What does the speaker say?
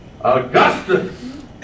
Augustus